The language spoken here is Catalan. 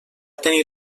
tenir